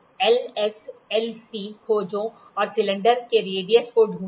LS LC खोजें और cylinder के रेडियस को ढूंढें